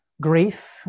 grief